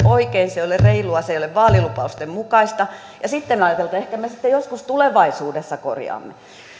oikein se ei ole reilua se ei ole vaalilupausten mukaista ja sitten ajatella että ehkä me sitten joskus tulevaisuudessa korjaamme